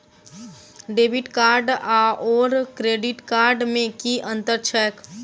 Debit card आओर credit card मे की अन्तर छैक?